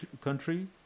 country